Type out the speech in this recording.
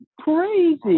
crazy